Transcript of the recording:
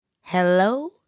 Hello